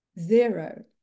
zero